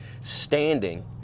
standing